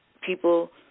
people